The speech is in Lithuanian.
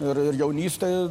ir ir jaunystėj